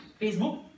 Facebook